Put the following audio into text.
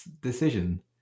decision